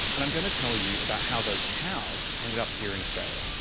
and i'm going to tell you about how those cows ended up here in australia.